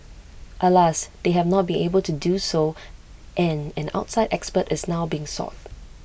alas they have not been able to do so and an outside expert is now being sought